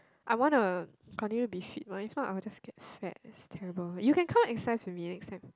I wanna continue to be fit ah if not I will just get fat that's terrible you can come exercise with me next time